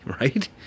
Right